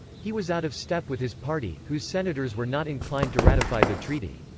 he was out of step with his party, whose senators were not inclined to ratify the treaty.